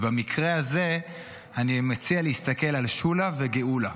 ובמקרה הזה אני מציע להסתכל על שולה וגאולה.